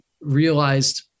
realized